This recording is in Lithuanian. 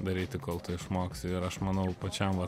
daryti kol tu išmoksi ir aš manau pačiam va